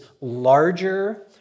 larger